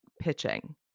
pitching